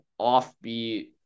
offbeat